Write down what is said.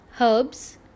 Herbs